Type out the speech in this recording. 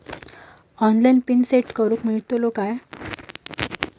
Online PIN set करूक मेलतलो काय?